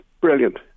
brilliant